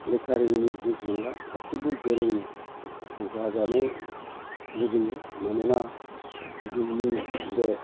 लेखा रोङिनि जुग नंला गासैबो गोरों जाजानो लुबैयो मानोना जोंनि बे